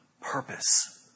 purpose